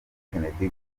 kennedy